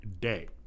day